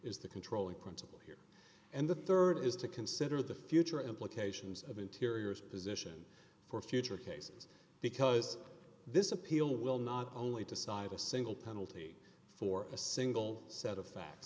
is the controlling principle and the rd is to consider the future implications of interiors position for future cases because this appeal will not only decide a single penalty for a single set of fact